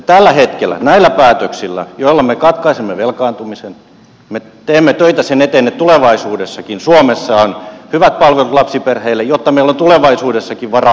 tällä hetkellä näillä päätöksillä joilla me katkaisemme velkaantumisen me teemme töitä sen eteen että tulevaisuudessakin suomessa on hyvät palvelut lapsiperheille jotta meillä on tulevaisuudessakin varaa maksaa lapsilisiä